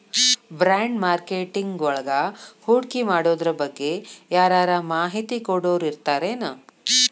ಬಾಂಡ್ಮಾರ್ಕೆಟಿಂಗ್ವಳಗ ಹೂಡ್ಕಿಮಾಡೊದ್ರಬಗ್ಗೆ ಯಾರರ ಮಾಹಿತಿ ಕೊಡೊರಿರ್ತಾರೆನು?